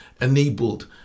enabled